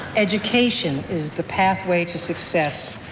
education is the pathway to success